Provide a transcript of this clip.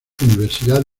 universidad